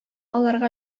аларга